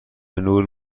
نور